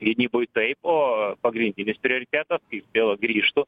gynyboj taip o pagrindinis prioritetas kaip vėl grįžtu